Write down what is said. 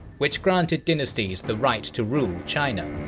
which granted dynasties the right to rule china.